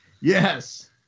Yes